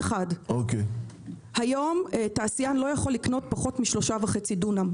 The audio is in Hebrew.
היום תעשיין לא יכול לקנות פחות מ-3.5 דונם.